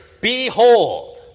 Behold